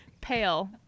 Pale